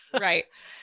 Right